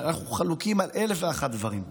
אנחנו חלוקים על אלף ואחד דברים,